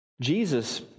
Jesus